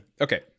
okay